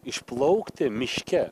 išplaukti miške